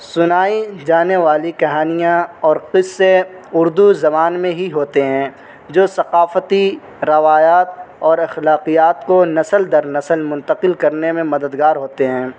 سنائی جانے والی کہانیاں اور قصے اردو زبان میں ہی ہوتے ہیں جو ثقافتی روایات اور اخلاقیات کو نسل در نسل منتقل کرنے میں مددگار ہوتے ہیں